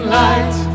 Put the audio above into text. light